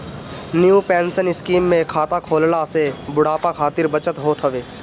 new pension scheme में खाता खोलला से बुढ़ापा खातिर बचत होत हवे